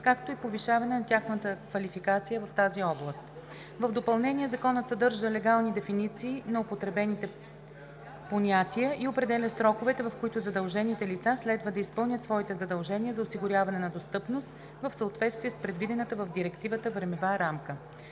както и повишаване на тяхната квалификация в тази област. В допълнение Законът съдържа легални дефиниции на употребените понятия и определя сроковете, в които задължените лица следва да изпълнят своите задължения за осигуряване на достъпност в съответствие с предвидената в Директивата времева рамка.